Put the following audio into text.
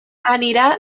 anirà